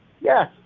Yes